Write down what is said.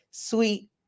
sweet